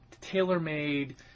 tailor-made